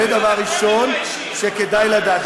זה דבר ראשון שכדאי לדעת.